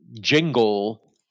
jingle